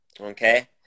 Okay